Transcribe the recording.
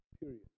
Period